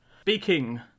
Speaking